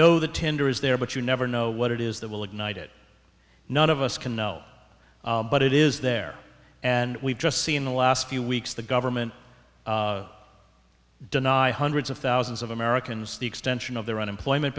know the tender is there but you never know what it is that will ignite it none of us can know but it is there and we've just seen the last few weeks the government deny hundreds of thousands of americans the extension of their unemployment